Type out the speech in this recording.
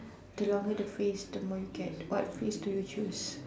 the longer the phrase the more you get what phrase do you choose